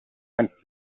went